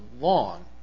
long